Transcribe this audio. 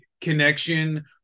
connection